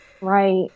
right